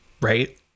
right